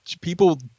people